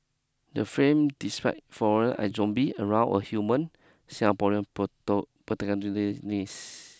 the frame despite despite foreign as zombie around a human Singaporean